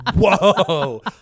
whoa